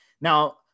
Now